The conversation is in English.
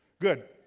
good,